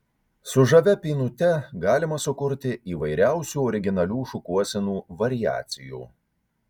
su žavia pynute galima sukurti įvairiausių originalių šukuosenų variacijų